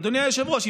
אדוני היושב-ראש,